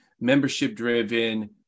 membership-driven